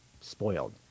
spoiled